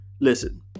listen